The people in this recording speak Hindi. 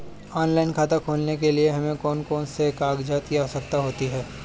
ऑनलाइन खाता खोलने के लिए हमें कौन कौन से कागजात की आवश्यकता होती है?